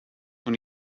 when